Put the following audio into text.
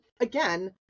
again